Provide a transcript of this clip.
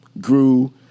grew